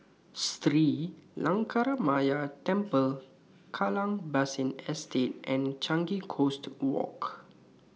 Sri Lankaramaya Temple Kallang Basin Estate and Changi Coast Walk